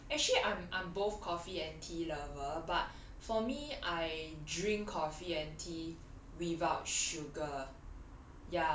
err actually I'm I'm both coffee and tea lover but for me I drink coffee and tea without sugar